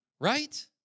right